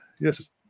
Yes